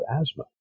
asthma